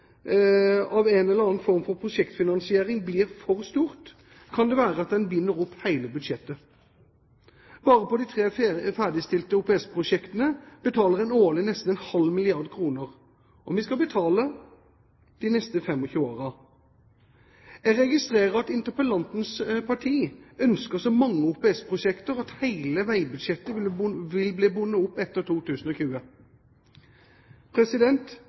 av en eller annen form for prosjektfinansiering blir for stort, kan det være at en binder opp hele budsjettet. Bare på de tre ferdigstilte OPS-prosjektene betaler en årlig nesten en halv milliard kroner, og vi skal betale de neste 25 årene. Jeg registrerer at interpellantens parti ønsker så mange OPS-prosjekter at hele veibudsjettet vil bli bundet opp etter 2020.